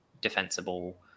defensible